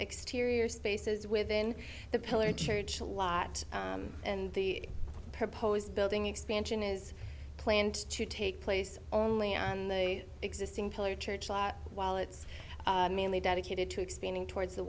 exterior spaces within the pillar church a lot and the proposed building expansion is planned to take place only on the existing pillar church while it's mainly dedicated to expanding towards the